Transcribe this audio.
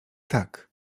tak